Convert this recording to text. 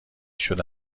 شده